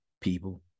people